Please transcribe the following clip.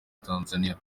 tanzania